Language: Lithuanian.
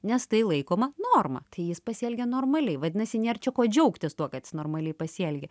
nes tai laikoma norma tai jis pasielgė normaliai vadinasi nėr čia ko džiaugtis tuo kad jis normaliai pasielgė